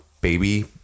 baby